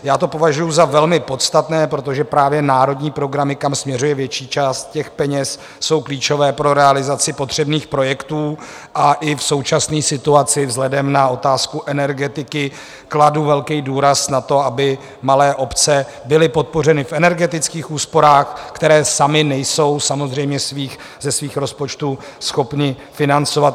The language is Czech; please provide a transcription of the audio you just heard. Já to považuju za velmi podstatné, protože právě národní programy, kam směřuje větší část peněz, jsou klíčové pro realizaci potřebných projektů, a i v současné situaci vzhledem k otázce energetiky kladu velký důraz na to, aby malé obce byly podpořeny v energetických úsporách, které samy nejsou samozřejmě ze svých rozpočtů schopny financovat.